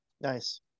Nice